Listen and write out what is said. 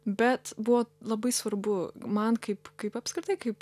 bet buvo labai svarbu man kaip kaip apskritai kaip